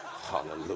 Hallelujah